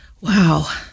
Wow